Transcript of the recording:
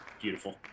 beautiful